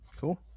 Cool